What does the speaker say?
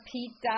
Pete